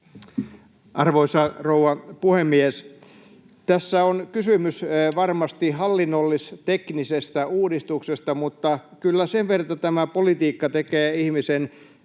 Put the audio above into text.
Arvoisa rouva puhemies! Tässä on kysymys varmasti hallinnollis-teknisestä uudistuksesta, mutta kyllä sen verran tämä politiikka tekee ihmisen